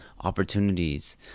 opportunities